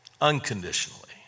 unconditionally